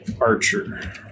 Archer